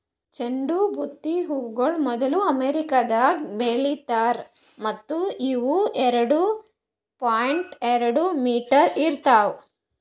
ಚಂಡು ಬುತ್ತಿ ಹೂಗೊಳ್ ಮೊದ್ಲು ಅಮೆರಿಕದಾಗ್ ಬೆಳಿತಾರ್ ಮತ್ತ ಇವು ಎರಡು ಪಾಯಿಂಟ್ ಎರಡು ಮೀಟರದಾಗ್ ಇರ್ತಾವ್